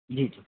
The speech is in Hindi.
जी जी